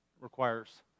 requires